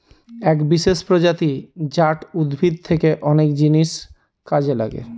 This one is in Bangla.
এক বিশেষ প্রজাতি জাট উদ্ভিদ থেকে অনেক জিনিস কাজে লাগে